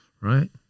right